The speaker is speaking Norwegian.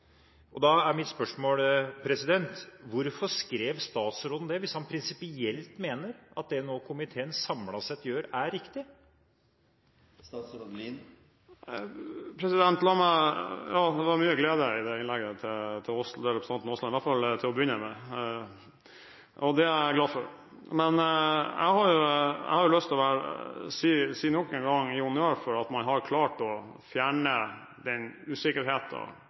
ivaretas.» Da er mitt spørsmål: Hvorfor skrev statsråden det hvis han prinsipielt mener at det komiteen nå samlet sett gjør, er riktig? Det var mye glede i det innlegget til representanten Aasland, i hvert fall til å begynne med. Det er jeg glad for. Men jeg har nok en gang lyst til å gi honnør for at man har klart å fjerne den